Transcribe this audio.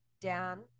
down